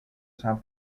san